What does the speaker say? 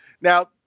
now